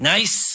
Nice